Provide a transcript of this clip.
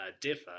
differ